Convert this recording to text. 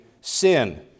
sin